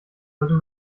sollte